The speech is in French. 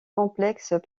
complexes